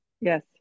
Yes